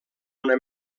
una